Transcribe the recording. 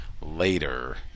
later